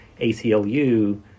ACLU